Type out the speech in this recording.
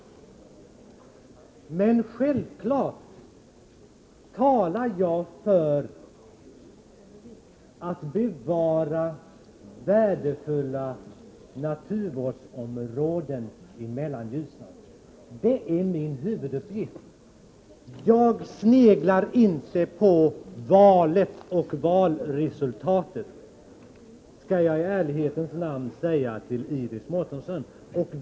Självfallet talar jag för att bevara värdefulla naturvårdsområden i Mellanljusnan. Det är min huvuduppgift. Jag sneglar inte på valet och valresultatet, det vill jag i ärlighetens namn säga till Iris Mårtensson.